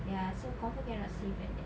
ya so confirm cannot save like that